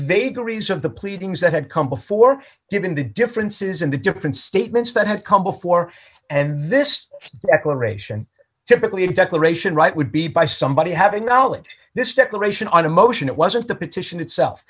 vagaries of the pleadings that had come before given the differences in the different statements that had come before and this exploration typically of declaration right would be by somebody having knowledge this declaration on a motion it wasn't the petition itself